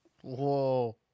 Whoa